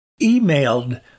emailed